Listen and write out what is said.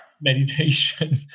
meditation